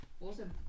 Awesome